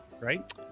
right